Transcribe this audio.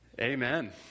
Amen